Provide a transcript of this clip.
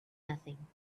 nothing